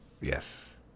Yes